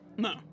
No